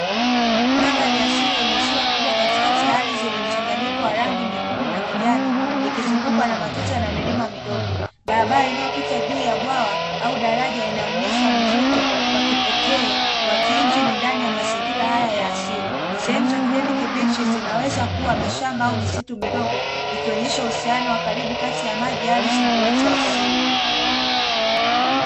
Madhari asili yenye ziwa kubwa katikati ya ardhi yenye mchanganyiko wa rangi nyekundu na kijani ikizungukwa na matuta na milima midogo. Barabara inayopita juu ya bwawa au daraja inaonesha mvuto wa kipekee wa kiinjini ndani ya mazingira haya asili. Sehemu za kijani kibichi zinaweza kuwa mashamba au mistu midogo ikionyesha uhusiano wa karibu kati ya maji, ardhi na uoto wa asili.